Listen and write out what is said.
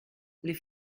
les